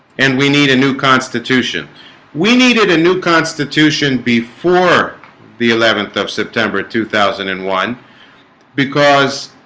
and we need a new constitution we needed a new constitution before the eleventh of september two thousand and one because